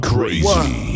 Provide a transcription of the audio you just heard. Crazy